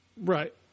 Right